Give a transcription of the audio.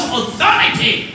authority